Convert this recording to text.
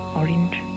orange